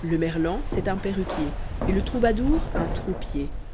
le merlan c'est un perruquier et le troubadeur un